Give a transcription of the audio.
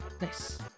nice